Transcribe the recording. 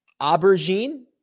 Aubergine